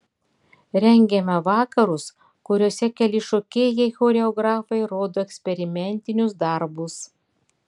rengiame vakarus kuriuose keli šokėjai choreografai rodo eksperimentinius darbus